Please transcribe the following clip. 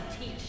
teach